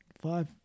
five